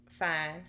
fine